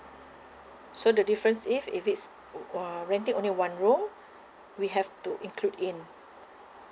so the difference if if it's uh while renting only one room we have to include in